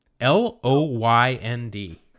L-O-Y-N-D